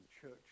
church